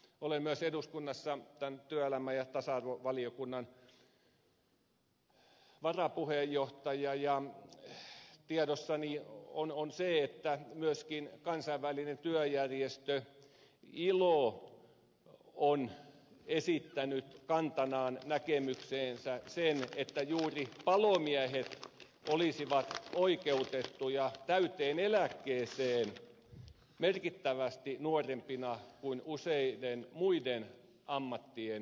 olen myös eduskunnassa työelämä ja tasa arvovaliokunnan varapuheenjohtaja ja tiedossani on se että myöskin kansainvälinen työjärjestö ilo on esittänyt kantanaan näkemyksensä että juuri palomiehet olisivat oikeutettuja täyteen eläkkeeseen merkittävästi nuorempina kuin useiden muiden ammattien edustajat